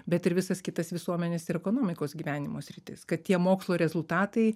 bet ir visas kitas visuomenės ir ekonomikos gyvenimo sritis kad tie mokslo rezultatai